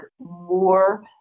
more